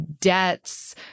debts